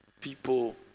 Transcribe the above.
People